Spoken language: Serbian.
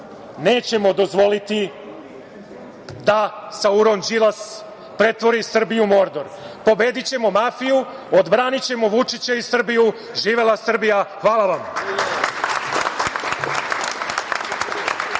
nećemo dozvoliti da Sauron Đilas pretvori Srbiju u Mordor. Pobedićemo mafiju, odbranićemo Vučića i Srbiju. Živela Srbija. Hvala vam.